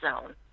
zone